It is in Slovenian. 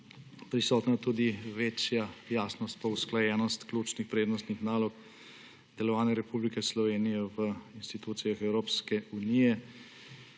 prisotna tudi večja jasnost in usklajenost ključnih prednostnih nalog delovanja Republike Slovenije v institucijah Evropske unije.